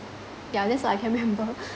yeah that's what I can remember